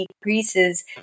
decreases